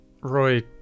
Roy